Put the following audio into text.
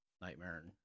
Nightmare